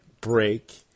break